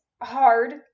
hard